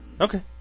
Okay